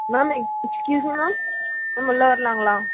ma'am ex excuse me ma'am ma'am உள்ளே வரலாங்களா